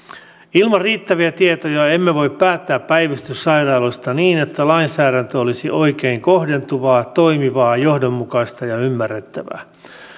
ilman riittäviä tietoja emme voi päättää päivystyssairaaloista niin että lainsäädäntö olisi oikein kohdentuvaa toimivaa johdonmukaista ja ymmärrettävää